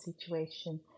situation